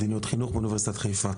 מדיניות וחינוך באוניברסיטת חיפה.